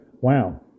wow